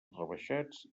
rebaixats